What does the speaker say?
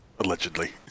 allegedly